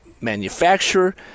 manufacturer